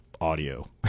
audio